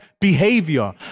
behavior